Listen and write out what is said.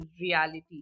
reality